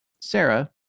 Sarah